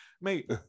Mate